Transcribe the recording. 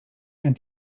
and